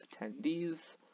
attendees